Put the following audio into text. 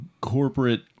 corporate